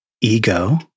ego